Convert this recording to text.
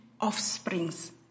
offsprings